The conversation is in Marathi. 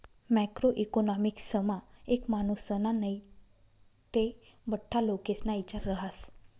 मॅक्रो इकॉनॉमिक्समा एक मानुसना नै ते बठ्ठा लोकेस्ना इचार रहास